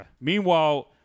Meanwhile